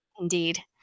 Indeed